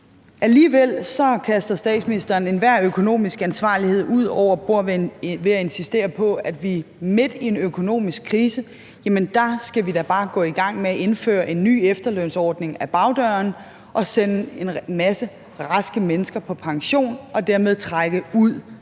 Alligevel kaster statsministeren enhver økonomisk ansvarlighed over bord ved at insistere på, at vi midt i en økonomisk krise da bare skal gå i gang med at indføre en ny efterlønsordning ad bagdøren og sende en masse raske mennesker på pension og dermed trække